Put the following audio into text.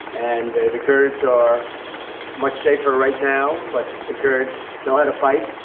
and the kurds are much safer right now, but the kurds know how to fight.